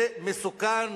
זה מסוכן